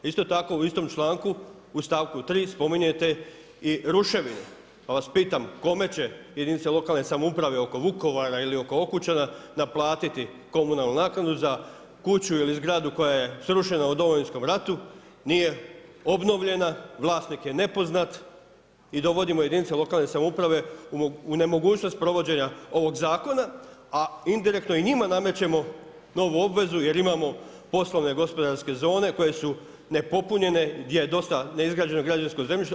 Isto tako u istom članku u stavku 3 spominjete i ruševine, pa vas pitam, kome će jedinice lokalne samouprave oko Vukovara ili oko Okučana naplatiti komunalnu naknadu za kuću ili zgradu koja je srušena u Domovinskom ratu, nije obnovljena, vlasnik je nepoznat i dovodimo jedinice lokalne samouprave u nemogućnost provođenja ovog zakona, a indirektno i njima namećemo novu obvezu jer imamo poslovne gospodarske zone, koje su nepopunjene, gdje je dosta neizgrađenog građevinskog zemljišta.